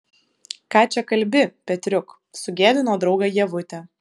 ką čia kalbi petriuk sugėdino draugą ievutė